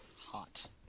Hot